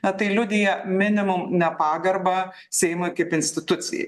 na tai liudija minimum nepagarbą seimui kaip institucijai